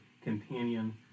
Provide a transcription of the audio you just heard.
companion